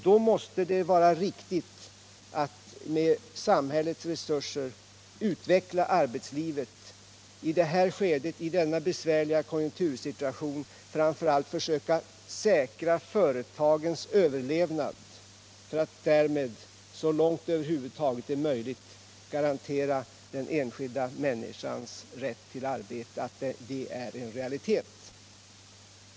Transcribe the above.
Då måste det vara riktigt att med samhällets resurser utveckla arbetslivet och att i denna besvärliga konjunktursituation framför allt försöka säkra företagens överlevnad för att därmed så långt det över huvud taget är möjligt garantera den enskilda människans rätt till arbete.